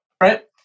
right